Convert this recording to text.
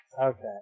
Okay